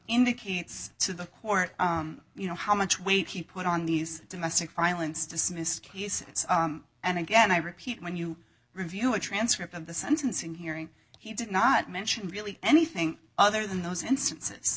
indicates to the court you know how much weight he put on these domestic violence dismissed cases and again i repeat when you review a transcript of the sentencing hearing he did not mention really anything other than those instances